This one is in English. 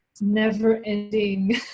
never-ending